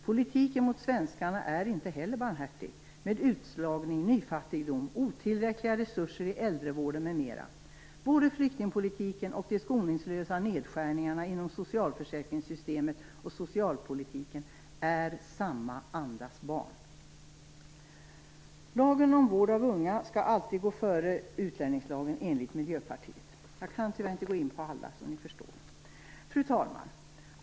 Politiken mot svenskarna är inte heller barmhärtig med utslagning, nyfattigdom, otillräckliga resurser i äldrevården m.m. Flyktingpolitiken och de skoningslösa nedskärningarna inom socialförsäkringssystemet och socialpolitiken är samma andas barn. Lagen om vård av unga skall alltid gå före utlänningslagen, enligt Miljöpartiet. Jag kan tyvärr inte gå in på alla, som ni förstår. Fru talman!